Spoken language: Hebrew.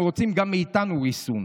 אם הם רוצים גם מאיתנו ריסון,